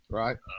right